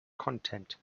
content